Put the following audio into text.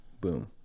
boom